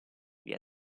via